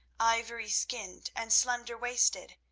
ivory skinned and slender-waisted,